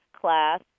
class